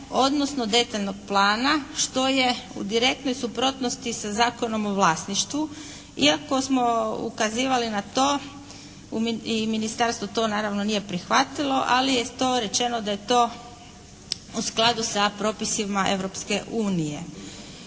odnosno detaljnog plana što je u direktnoj suprotnosti sa Zakonom o vlasništvu iako smo ukazivali na to i ministarstvo naravno to nije prihvatilo ali je to rečeno da je to u skladu sa propisima